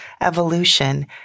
evolution